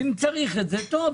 אם צריך את זה טוב,